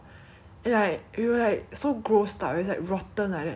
we like try to eat a few more bites then it was so disgusting eh then